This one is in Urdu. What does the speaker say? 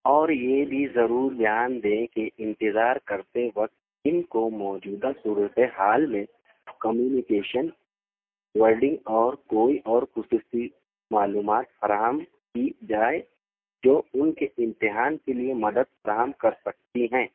اور یہ بھی ضرور دھیان دیں کہ انتظار کرتے وقت ان کو موجودہ صورت حال میں کمیونیکیشن ورڈنگ اور کوئی اور خصوصی معلومات فراہم کی جائے جو ان کے امتحان کے لیے مدد فراہم کر سکتی ہیں